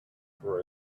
for